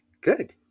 Good